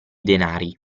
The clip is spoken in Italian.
denari